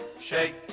shake